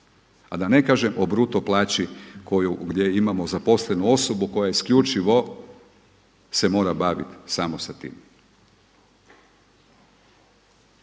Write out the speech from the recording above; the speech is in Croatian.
A da ne kažem o bruto plaći gdje imamo zaposlenu osobu koja se isključivo mora baviti samo s tim.